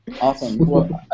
Awesome